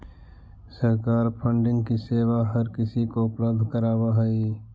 सरकार फंडिंग की सेवा हर किसी को उपलब्ध करावअ हई